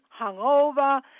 hungover